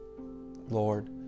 Lord